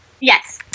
Yes